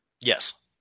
Yes